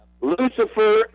Lucifer